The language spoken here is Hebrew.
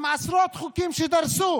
עם עשרות חוקים שדרסו